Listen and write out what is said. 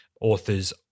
authors